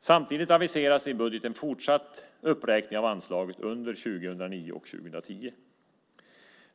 Samtidigt aviseras i budgeten en fortsatt uppräkning av anslaget under 2009 och 2010.